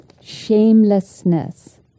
shamelessness